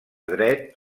dret